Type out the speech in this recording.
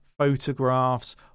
photographs